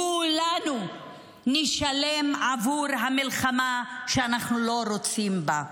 כולנו נשלם עבור המלחמה שאנחנו לא רוצים בה.